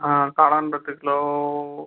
ஆ காளான் பத்து கிலோ